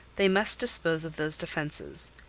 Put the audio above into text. they must dispose of those defences.